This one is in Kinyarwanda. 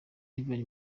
ivan